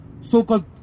so-called